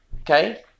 Okay